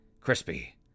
Crispy